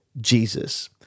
Jesus